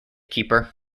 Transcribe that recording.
keeper